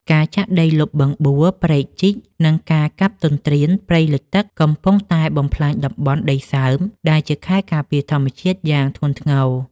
ការចាក់ដីលុបបឹងបួរ ព្រែកជីក និងការកាប់ទន្ទ្រានព្រៃលិចទឹក កំពុងតែបំផ្លាញតំបន់ដីសើមដែលជាខែលការពារធម្មជាតិយ៉ាងធ្ងន់ធ្ងរ។